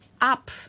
up